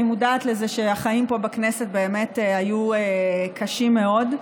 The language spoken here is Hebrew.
אני מודעת לזה שהחיים פה בכנסת באמת היו קשים מאוד.